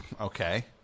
okay